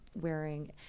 wearing